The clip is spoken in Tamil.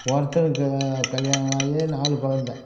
ஒருத்தருக்கு கல்யாணம் ஆகி நாலு கொழந்தை